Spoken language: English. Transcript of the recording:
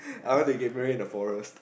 I wanna get married in the forest